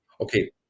Okay